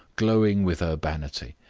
glowing with urbanity.